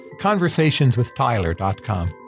conversationswithtyler.com